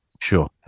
sure